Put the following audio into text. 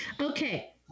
Okay